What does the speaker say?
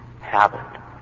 habit